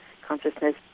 Consciousness